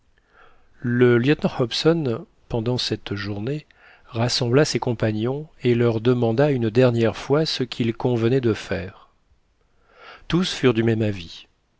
le lieutenant hobson pendant cette journée rassembla ses compagnons et leur demanda une dernière fois ce qu'il convenait de faire tous furent du même avis